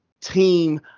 team